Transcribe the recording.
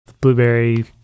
blueberry